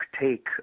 take